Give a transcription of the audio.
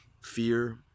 fear